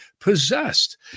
possessed